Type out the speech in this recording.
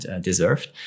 deserved